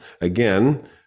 again